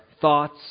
thoughts